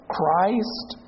Christ